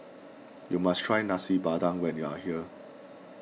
you must try Nasi Padang when you are here